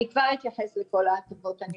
אני כבר אתייחס לכל ההטבות הנלוות.